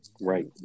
Right